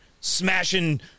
smashing